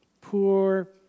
Poor